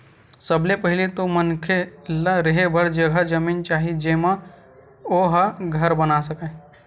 सबले पहिली तो मनखे ल रेहे बर जघा जमीन चाही जेमा ओ ह घर बना सकय